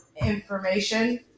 information